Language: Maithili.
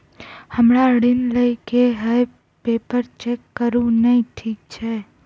हमरा ऋण लई केँ हय पेपर चेक करू नै ठीक छई?